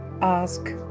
ask